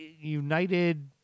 United